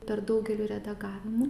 per daugelių redagavimų